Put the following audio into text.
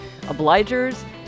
Obligers